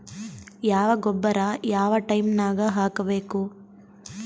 ಯಾವ ಗೊಬ್ಬರ ಯಾವ ಟೈಮ್ ನಾಗ ಹಾಕಬೇಕು?